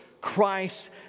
Christ